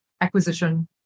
acquisition